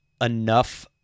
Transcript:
enough